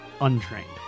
untrained